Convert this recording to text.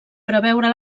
preveure